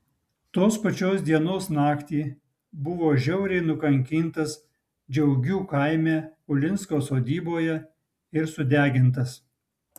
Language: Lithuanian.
tos pačios dienos naktį buvo žiauriai nukankintas džiaugių kaime ulinsko sodyboje ir sudegintas